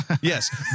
Yes